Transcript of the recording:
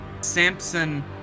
Samson